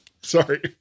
sorry